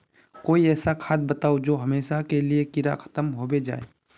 कोई ऐसा खाद बताउ जो हमेशा के लिए कीड़ा खतम होबे जाए?